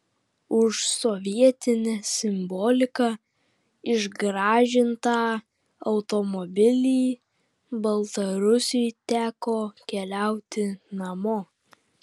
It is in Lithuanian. už sovietine simbolika išgražintą automobilį baltarusiui teko keliauti namo